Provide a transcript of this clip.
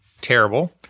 terrible